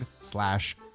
slash